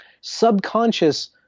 subconscious